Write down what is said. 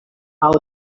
out